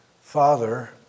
Father